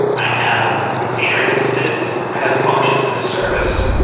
i have container instances. i have functions as a service.